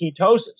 ketosis